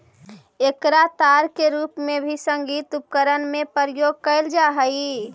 एकरा तार के रूप में भी संगीत उपकरण में प्रयोग कैल जा हई